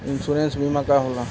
Insurance बीमा का होला?